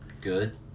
Good